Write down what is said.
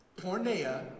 Pornea